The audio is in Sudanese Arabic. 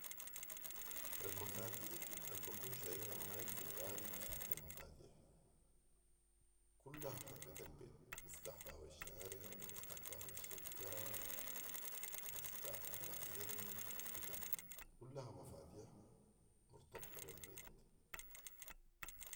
المفاتيح البكون شايلها معاي في الغالب سته مفاتيح ، كلها حقت البيت ، مفتاح باب الشارع ومفتاح باب الشقه ومفتاح المخزن وكده كلها مفاتيح مرتبطه بالبيت